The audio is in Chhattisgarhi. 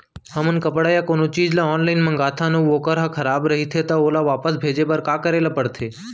हमन कपड़ा या कोनो चीज ल ऑनलाइन मँगाथन अऊ वोकर ह खराब रहिये ता ओला वापस भेजे बर का करे ल पढ़थे?